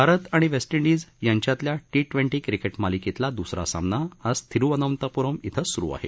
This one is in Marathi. भारत आणि वेस्ट इंडिज यांच्यातल्या टी ट्वेंटी क्रिकेट मालिकेतला द्सरा सामना आज थिरुअनंतपुरम इथं सुरु आहे